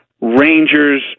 Rangers